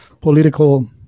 political